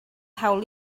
hawl